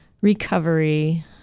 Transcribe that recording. recovery